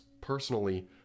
Personally